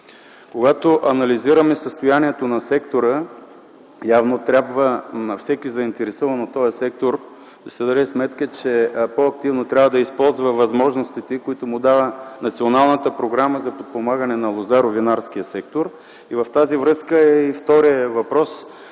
Когато анализираме състоянието на сектора, трябва на всеки заинтересован от него да се даде сметка, че по-активно трябва да използва възможностите, които му дава Националната програма за подпомагане на винаро-лозарския сектор. В тази връзка е и вторият въпрос,